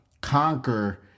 conquer